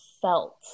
felt